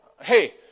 hey